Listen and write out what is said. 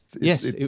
Yes